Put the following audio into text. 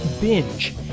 Binge